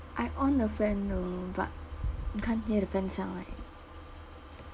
I on the fan in the room but you can't hear the fan sound right